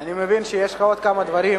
אני מבין שיש לך עוד כמה דברים